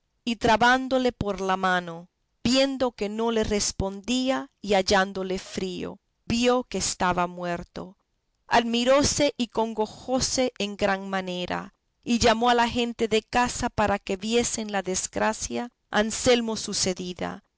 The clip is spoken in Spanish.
y trabándole por la mano viendo que no le respondía y hallándole frío vio que estaba muerto admiróse y congojóse en gran manera y llamó a la gente de casa para que viesen la desgracia a anselmo sucedida